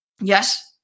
yes